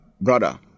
brother